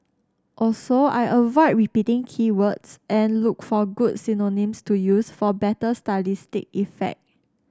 also I avoid repeating key words and look for good synonyms to use for better stylistic effect